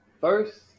first